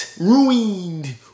ruined